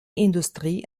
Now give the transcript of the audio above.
industrie